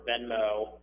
Venmo